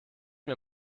mir